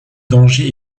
dangers